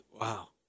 wow